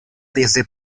desde